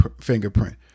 fingerprint